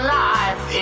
life